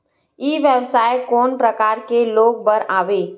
ई व्यवसाय कोन प्रकार के लोग बर आवे?